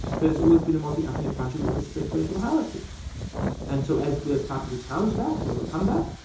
but it's always been a multi-ethnic country with a strict racial hierarchy and so as we're starting to challenge that and overcome that,